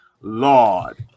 Lord